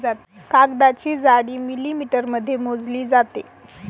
कागदाची जाडी मिलिमीटरमध्ये मोजली जाते